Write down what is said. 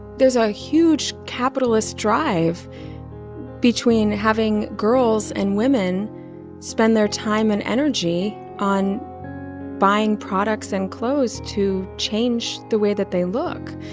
there's a huge capitalist drive between having girls and women spend their time and energy on buying products and clothes to change the way that they look.